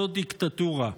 זו דיקטטורה,